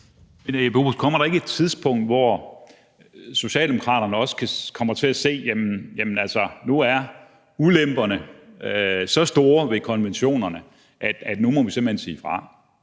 kommer der ikke et tidspunkt, hvor Socialdemokraterne også kommer til at se, at nu er ulemperne ved konventionerne så store, at vi simpelt hen må sige fra?